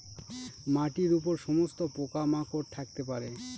মাটির উপর সমস্ত পোকা মাকড় থাকতে পারে